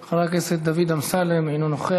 מוותר, חבר הכנסת דוד אמסלם, אינו נוכח.